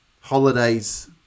holidays